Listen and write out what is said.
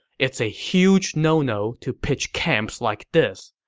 it's a huge no-no to pitch camps like this.